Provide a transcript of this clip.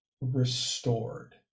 restored